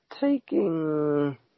taking